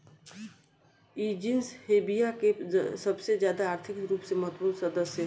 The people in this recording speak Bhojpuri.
इ जीनस हेविया के सबसे ज्यादा आर्थिक रूप से महत्वपूर्ण सदस्य ह